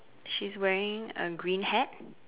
she's wearing a green hat